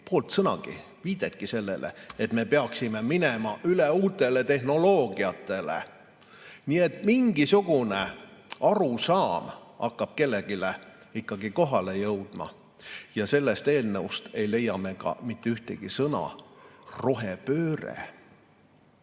poolt sõnagi, viidet sellele, et me peaksime minema üle uutele tehnoloogiatele. Nii et mingisugune arusaam hakkab kellelegi ikkagi kohale jõudma. Sellest eelnõust ei leia me ka kordagi sõna "rohepööre".